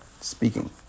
speaking